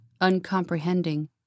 uncomprehending